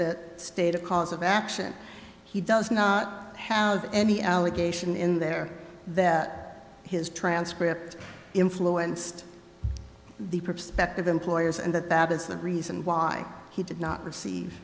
that state a cause of action he does not have any allegation in there that his transcript influenced the prospective employers and that that is the reason why he did not receive